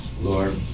Lord